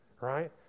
right